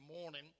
morning